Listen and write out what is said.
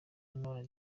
none